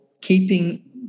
keeping